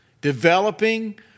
Developing